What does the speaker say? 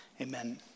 Amen